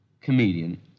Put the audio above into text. comedian